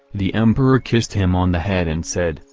the emperor kissed him on the head and said,